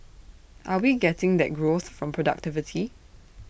are we getting that growth from productivity